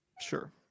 Sure